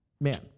man